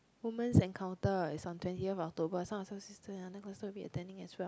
women encounter it's on twentieth October go attending as well